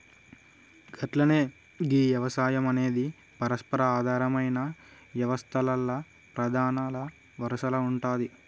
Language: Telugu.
గట్లనే గీ యవసాయం అనేది పరస్పర ఆధారమైన యవస్తల్ల ప్రధానల వరసల ఉంటాది